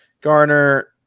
garner